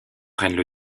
prennent